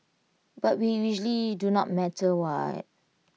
but we usually do not matter what